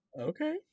okay